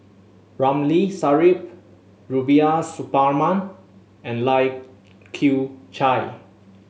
Ramli Sarip Rubiah Suparman and Lai Kew Chai